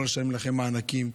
לא לשלם לכם מענקים,